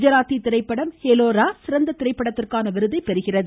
குஜாராத்தி திரைப்படம் ஹேலோரா சிறந்த திரைப்படத்திற்கான விருதைப் பெறுகிறது